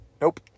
Nope